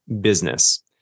Business